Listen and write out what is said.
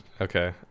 Okay